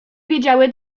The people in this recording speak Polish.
wiedziały